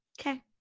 Okay